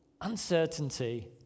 uncertainty